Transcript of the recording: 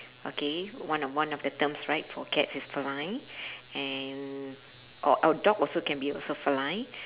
okay one of one of the terms right for cats is feline and or or dog also can be also feline